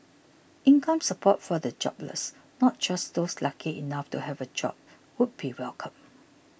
income support for the jobless not just those lucky enough to have a job would be welcome